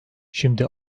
şimdi